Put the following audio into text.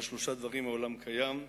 על שלושה דברים העולם קיים,